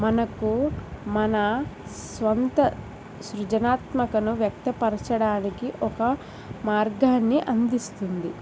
మనకు మన సొంత సృజనాత్మకను వ్యక్తపరచడానికి ఒక మార్గాన్ని అందిస్తుంది